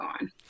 on